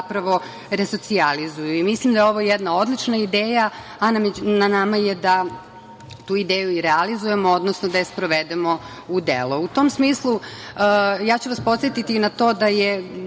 zapravo resocijalizuju. Mislim da je ovo jedna odlična ideja, a na nama je da tu ideju realizujemo, odnosno da je sprovedemo u delo.U tom smislu, ja ću vas podsetiti na to da je